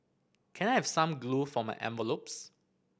can I have some glue for my envelopes